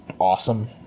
awesome